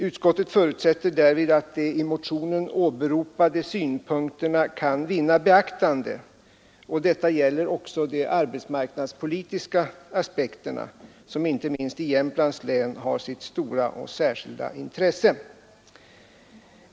Utskottet förutsätter därvid att de i motionen åberopade synpunkterna kan vinna beaktande, och detta gäller också de arbetsmarknadspolitiska aspekterna, som inte minst i Jämtlands län har sitt stora och särskilda intresse.